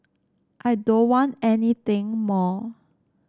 I don't want anything more